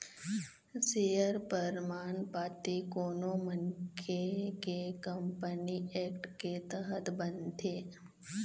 share परमान पाती कोनो मनखे के कंपनी एक्ट के तहत बनथे